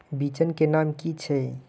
बिचन के नाम की छिये?